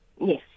Yes